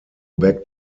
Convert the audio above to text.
back